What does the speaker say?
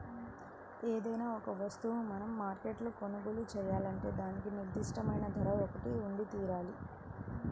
ఏదైనా ఒక వస్తువును మనం మార్కెట్లో కొనుగోలు చేయాలంటే దానికి నిర్దిష్టమైన ధర ఒకటి ఉండితీరాలి